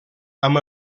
amb